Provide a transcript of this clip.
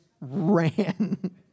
ran